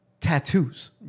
tattoos